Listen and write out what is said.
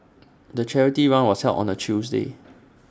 the charity run was held on A Tuesday